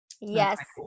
Yes